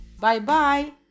bye-bye